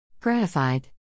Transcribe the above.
Gratified